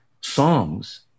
songs